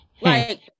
like-